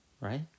right